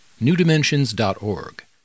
newdimensions.org